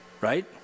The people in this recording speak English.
right